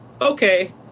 Okay